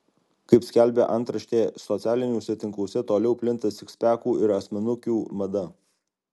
kaip skelbia antraštė socialiniuose tinkluose toliau plinta sikspekų ir asmenukių mada